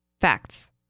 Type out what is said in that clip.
Facts